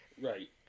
right